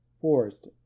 Forest